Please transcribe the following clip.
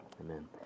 Amen